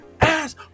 ass